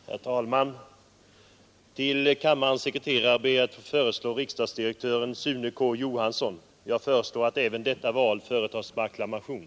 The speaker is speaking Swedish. Herr talman! Till kammarens sekreterare ber jag att få föreslå riksdagsdirektören Sune K. Johansson, Jag föreslår att även detta val företas med acklamation.